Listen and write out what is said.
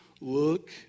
look